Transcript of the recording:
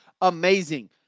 amazing